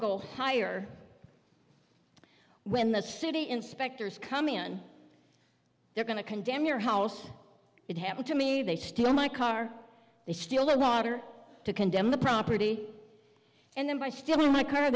go higher when the city inspectors come in they're going to condemn your house it happened to me they steal my car they steal the lot or to condemn the property and then by stealing my car